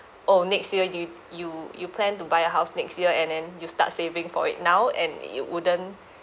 oh next year do you you you plan to buy a house next year and then you start saving for it now and it wouldn't